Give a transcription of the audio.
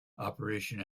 operation